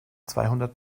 zweihundert